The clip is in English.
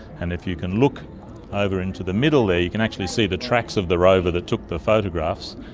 and if you can look over into the middle there you can actually see the tracks of the rover that took the photographs.